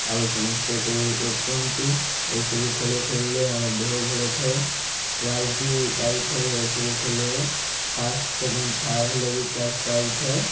ଆଉ ସମସ୍ତେ କେଉଁ କୁହନ୍ତି ଏସବୁ ଖେଳ ଖେଳିଲେ ଆମ ଦେହ ଭଲ ଥାଏ ପ୍ରାଇଜ୍ ବି ପାଇଥାଏ ଏସବୁ ଖେଳରେ ଫାଷ୍ଟ ସେକେଣ୍ଡ ଥାର୍ଡ଼ ହେଲେ ବି ପ୍ରାଇଜ୍ ପାଉଥାଏ